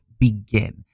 begin